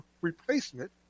replacement